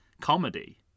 comedy